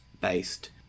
based